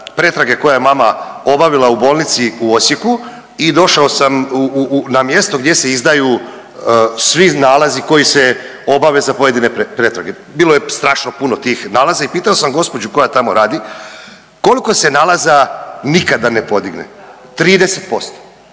pretrage koje je mama obavila u bolnici u Osijeku i došao sam na mjesto gdje se izdaju svi nalazi koji se obave za pojedine pretrage, bilo je strašno puno tih nalaza i pitao sam gospođu koja tamo radi, koliko se nalaza nikada ne podigne 30%.